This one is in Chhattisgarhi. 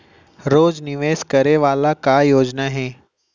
रोज निवेश करे वाला का योजना हे?